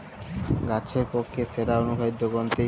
গাছের পক্ষে সেরা অনুখাদ্য কোনটি?